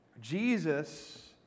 Jesus